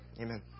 Amen